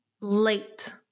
late